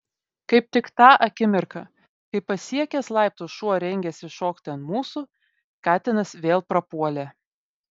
kaip tik tą akimirką kai pasiekęs laiptus šuo rengėsi šokti ant mūsų katinas vėl prapuolė